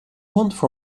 want